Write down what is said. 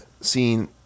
seen